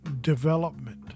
development